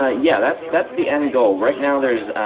ah yeah that's that's the end goal. right now there's